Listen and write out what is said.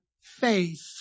faith